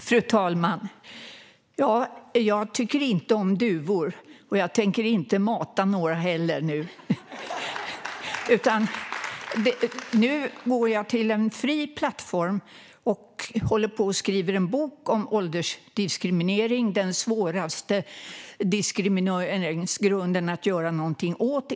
Fru talman! Jag tycker inte om duvor, och jag tänker inte mata några heller. Nu går jag till en fri plattform, och jag håller på att skriva en bok om åldersdiskriminering. Det är, enligt Världshälsoorganisationen, den svåraste diskrimineringsgrunden att göra någonting åt.